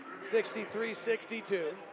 63-62